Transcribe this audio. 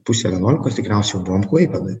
pusė vienuolikos tikriausiai jau buvom klaipėdoj